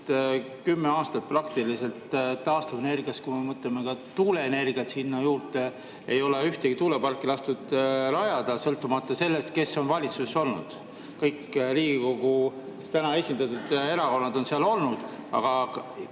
kümme aastat taastuvenergiat, kui me mõtleme ka tuuleenergiat sinna juurde, ei ole ühtegi tuuleparki lastud rajada, sõltumata sellest, kes on valitsuses olnud. Kõik Riigikogus praegu esindatud erakonnad on seal olnud, aga